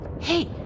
Hey